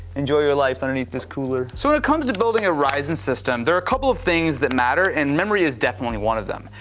enjoy your life underneath this cooler. so when it comes to building a ryzen system, there are a couple of things that matter and memory is definitely one them.